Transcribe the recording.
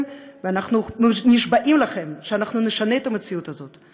ואנחנו נשבעים לכם שאנחנו נשנה את המציאות הזאת,